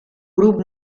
grup